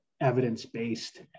Evidence-based